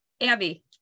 Abby